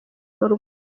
rwanda